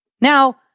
Now